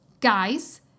guys